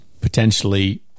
potentially